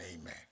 amen